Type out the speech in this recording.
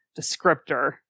descriptor